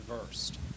reversed